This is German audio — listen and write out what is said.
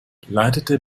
leitete